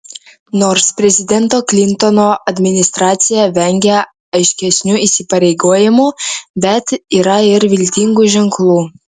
nors prezidento klintono administracija vengia aiškesnių įsipareigojimų bet yra ir viltingų ženklų